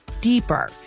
deeper